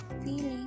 feeling